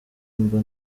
mba